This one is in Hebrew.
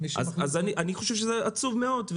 --- אני חושב שזה עצוב מאוד.